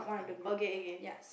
okay okay